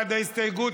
זוהיר בהלול,